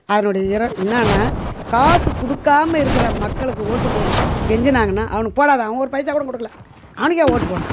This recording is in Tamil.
அதனுடைய இர என்னான்னா காசு கொடுக்காம இருக்கிற மக்களுக்கு ஓட்டு போடுனு கெஞ்சினாங்கன்னா அவனுக்கு போடாத அவன் ஒரு பைசா கூட கொடுக்கல அவனுக்கு ஏன் ஓட்டு போடணும்